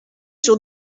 sur